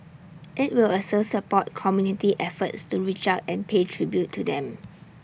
IT will also support community efforts to reach out and pay tribute to them